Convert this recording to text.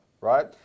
right